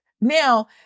Now